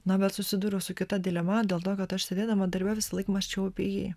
na bet susiduriau su kita dilema dėl to kad aš sėdėdama darbe visąlaik mąsčiau apie jį